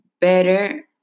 better